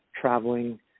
traveling